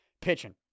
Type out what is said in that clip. pitching